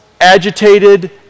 agitated